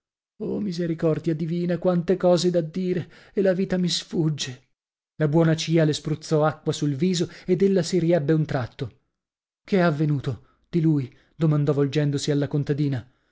oh misericordia divina quante cose da dire e la vita mi sfugge la buona cia le spruzzò acqua sul viso ed ella si riebbe un tratto che è avvenuto di lui domandò volgendosi alla contadina